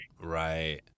Right